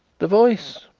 the voice,